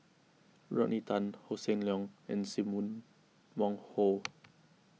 Rodney Tan Hossan Leong and Sim Wong Hoo